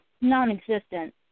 non-existent